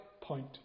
point